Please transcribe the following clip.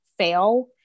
fail